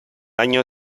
año